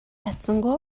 чадсангүй